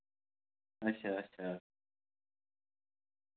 अच्छा अच्छा